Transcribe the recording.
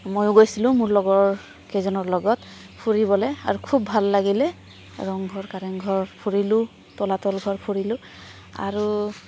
ময়ো গৈছিলোঁ মোৰ লগৰকেইজনৰ লগত ফুৰিবলৈ আৰু খুব ভাল লাগিলে ৰংঘৰ কাৰেংঘৰ ফুৰিলোঁ তলাতল ঘৰ ফুৰিলোঁ আৰু